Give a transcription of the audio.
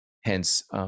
Hence